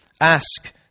Ask